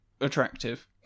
attractive